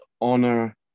honor